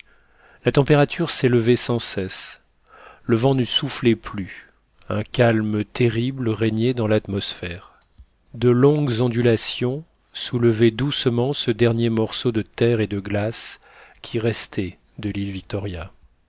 la température s'élevait sans cesse le vent ne soufflait plus un calme terrible régnait dans l'atmosphère de longues ondulations soulevaient doucement ce dernier morceau de terre et de glace qui restait de l'île victoria